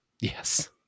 Yes